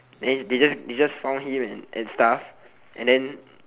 and they just they just found him and stuff and then